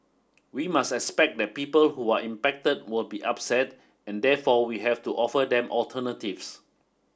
we must expect that people who are impacted will be upset and therefore we have to offer them alternatives